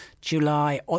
July